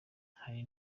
hari